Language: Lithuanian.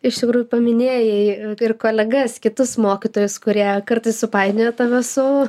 iš tikrųjų paminėjai ir kolegas kitus mokytojus kurie kartais supainioja tave su